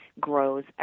grows